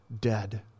dead